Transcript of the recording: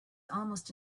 almost